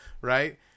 right